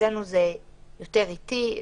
אצלנו זה יותר איטי,